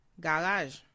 Garage